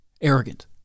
Arrogant